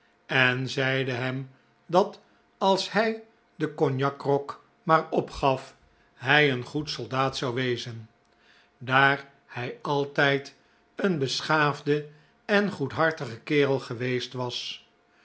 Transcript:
en zeide hem dat als hij den cognac grog maaropgaf hij een goed soldaat zou wezen daar hij altijd een beschaafde en goedhartige kerel geweest was